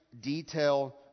detail